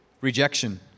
rejection